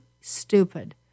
stupid